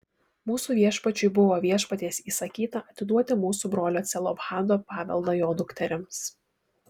mūsų viešpačiui buvo viešpaties įsakyta atiduoti mūsų brolio celofhado paveldą jo dukterims